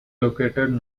located